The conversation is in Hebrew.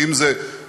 אם זה בסיס